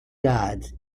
gods